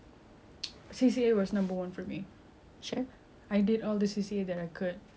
I did all the C_C_A that are good sports to I have multiple